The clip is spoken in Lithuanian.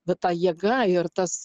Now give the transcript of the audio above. va ta jėga ir tas